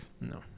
No